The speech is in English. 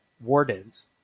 Wardens